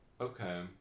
okay